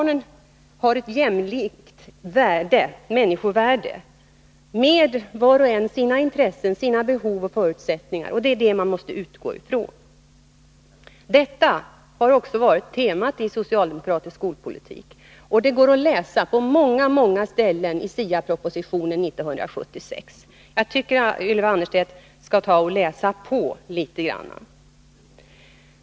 Men just att barnen är jämlika, har lika stort människovärde, var och en med sina intressen, behov och förutsättningar, måste man utgå från i skolarbetet. Detta har också varit temat i socialdemokratisk skolpolitik, och det går att läsa om det på många ställen i SIA-propositionen från 1976. Jag tycker att Ylva Annerstedt skall läsa på litet grand.